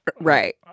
Right